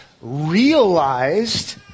realized